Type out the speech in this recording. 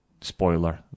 spoiler